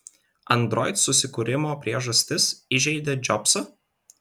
android susikūrimo priežastis įžeidė džobsą